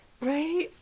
right